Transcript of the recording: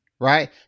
right